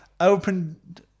opened